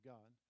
God